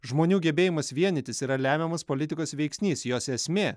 žmonių gebėjimas vienytis yra lemiamas politikos veiksnys jos esmė